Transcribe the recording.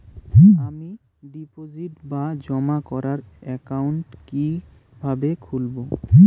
আমি ডিপোজিট বা জমা করার একাউন্ট কি কিভাবে খুলবো?